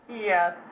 Yes